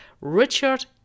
Richard